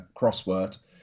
crossword